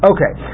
Okay